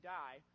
die